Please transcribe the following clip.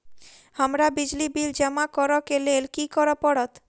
हमरा बिजली बिल जमा करऽ केँ लेल की करऽ पड़त?